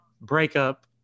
breakup